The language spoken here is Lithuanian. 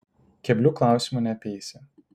keblių klausimų neapeisi